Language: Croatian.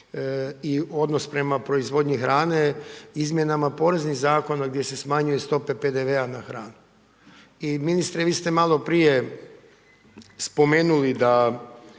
i odnos prema proizvodnji hrane izmjenama poreznih zakona gdje se smanjuju stope PDV-a na hranu. I ministre vi ste maloprije spomenuli da